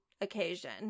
occasion